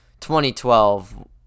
2012